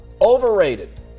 Overrated